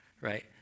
right